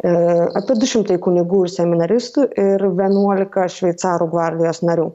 ir apie du šimtai kunigų seminaristų ir vienuolika šveicarų gvardijos narių